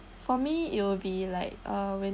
for me it'll be like uh when